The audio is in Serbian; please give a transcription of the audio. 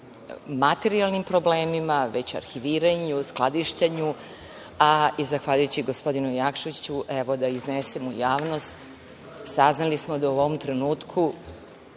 materijalnim problemima već arhiviranju, skladištenju, a i zahvaljujući gospodinu Jakšiću, evo da iznesem u javnost saznali smo da u ovom trenutku